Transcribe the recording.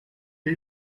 die